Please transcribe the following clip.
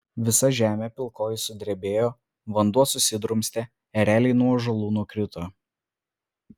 visa žemė pilkoji sudrebėjo vanduo susidrumstė ereliai nuo ąžuolų nukrito